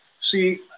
See